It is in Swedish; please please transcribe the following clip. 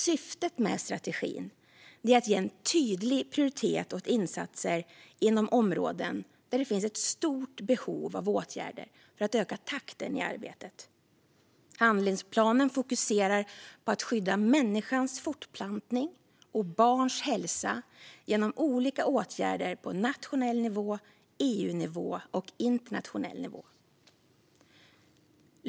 Syftet med strategin är att ge tydlig prioritet åt insatser inom områden där det finns ett stort behov av åtgärder för att öka takten i arbetet. Handlingsplanen fokuserar på att skydda människans fortplantning och barns hälsa genom olika åtgärder på nationell nivå, EU-nivå och internationell nivå i övrigt.